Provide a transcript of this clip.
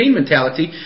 mentality